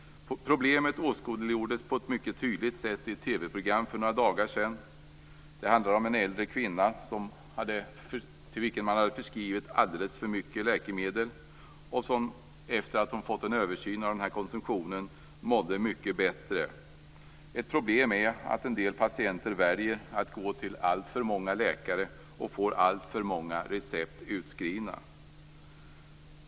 Problemet åskådliggjordes på ett mycket tydligt sätt i ett TV-program för några dagar sedan. Det handlade om en äldre kvinna, till vilken man hade förskrivit alldeles för mycket läkemedel och som efter en översyn av konsumtionen mådde mycket bättre. Ett problem är att en del patienter väljer att gå till alltför många läkare och får alltför många recept utskrivna.